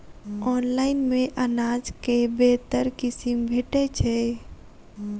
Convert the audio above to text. Online मे अनाज केँ बेहतर किसिम भेटय छै?